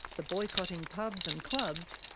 the boycotting pubs and clubs,